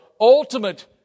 ultimate